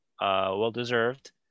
well-deserved